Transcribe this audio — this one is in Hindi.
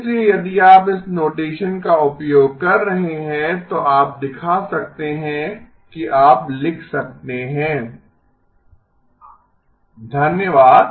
इसलिए यदि आप इस नोटेसन का उपयोग कर रहे हैं तो आप दिखा सकते हैं कि आप लिख सकते हैं अगर 0 ≤ R 1 धन्यवाद